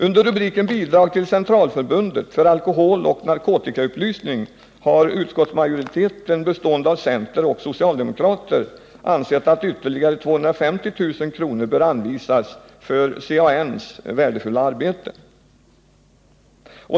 Under rubriken Bidrag till Centralförbundet för alkoholoch narkotikaupplysning har utskottsmajoriteten, bestående av centerledamöter och socialdemokrater, ansett att ytterligare 250 000 kr. bör anvisas för CAN:s värdefulla arbete.